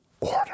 order